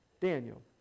Daniel